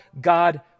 God